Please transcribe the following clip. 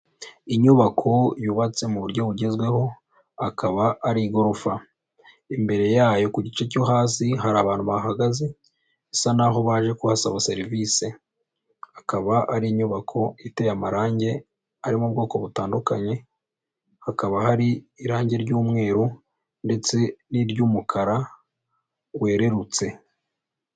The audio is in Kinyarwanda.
Inyubako yubatse mu buryo bugezweho, akaba ari igorofa, imbere yayo ku gice cyo hasi hari abantu bahagaze, bisa naho baje kuhasaba serivisi, akaba ari inyubako iteye amarangi ari mu bwoko butandukanye, hakaba hari irangi ry'umweru ndetse n'iryumukara wererutse.